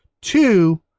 two